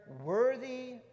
worthy